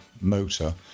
motor